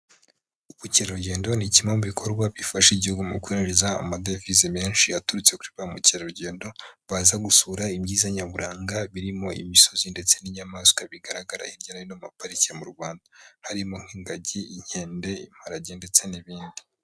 Ubukerarugendo ni kimwe mu bikorwa bifasha igihugu mu kwinjiza amadevize menshi aturutse kuri ba mukerarugendo, baza gusura ibyiza nyaburanga, birimo imisozi ndetse n'inyamaswa bigaragara hirya no hino muri pariki mu Rwanda, harimo nk'ingagi, inkende, imparage ndetse n'ibindi.